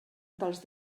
dels